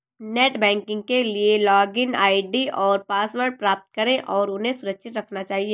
net banking के लिए login ID और पासवर्ड प्राप्त करें और उन्हें सुरक्षित रखना चहिये